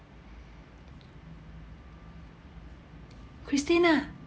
christine ah